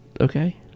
Okay